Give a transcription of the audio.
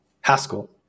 Haskell